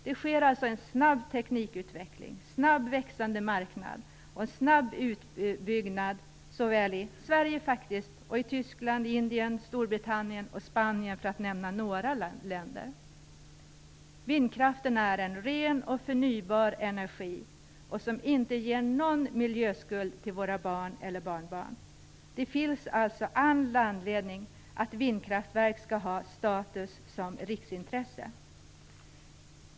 Det sker alltså en snabb teknikutveckling, marknaden är snabbt växande, och det sker en snabb utbyggnad i såväl Sverige som i bl.a. Tyskland, Indien, Storbritannien och Spanien. Vindkraften är ren och förnybar energi, som inte ger någon miljöskuld till våra barn eller barnbarn. Det finns alltså all anledning att se till att vindkraftverk får status som riksintresse.